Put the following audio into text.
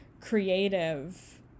creative